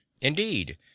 Indeed